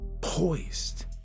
poised